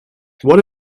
what